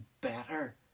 better